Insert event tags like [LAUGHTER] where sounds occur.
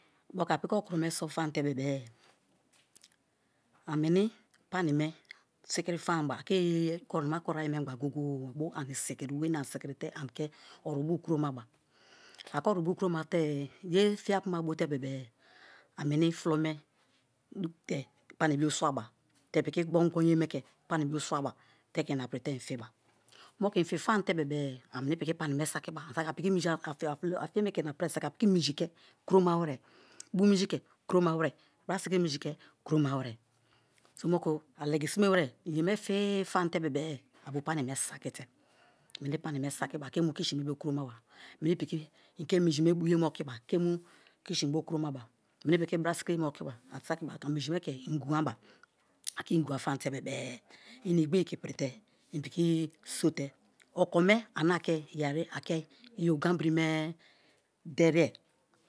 Moku a piki okuru me so fama te-bebe-e a meni panime siki famaba ake ye korinama kori ayi mi gba goye goye bo ani siki wenii ani sikirite ke orubio kuromaba a ke orubio kromate-e ye fiapuma bote-be-e a weni fulo dute ke pani bo swaba piki gbon-gbon ye me ke pani bo swaba te ke ina prite infiba. Moku i fifam te bebe-e [UNINTELLIGIBLE] a fiye me ke kuroma were bu minji ke kuroma were, bra sikiri minji ke kuroma were, so moku a legisime were i ye me fi-ii fam te bebe e a bo pani me sakite a meni panime sakiba ke mu kitchen bo kuromawa meni piki i ke minji me bu yeme okiba ke mu kitchen bo kuromawa, meni piki brasukiri ye me okiba a sakiba te minji me ke inguwaba a ke inguwa famate bebe e i igbigi ke ipirite i piki so te okome ana ke yeri ake i oganbiri me derie.